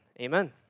Amen